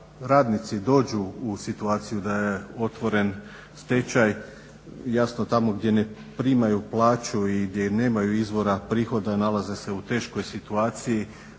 radnici dođu u situaciju da je otvoren stečaj jasno tamo gdje ne primaju plaću i gdje nemaju izvora prihoda nalaze se u teškoj situaciji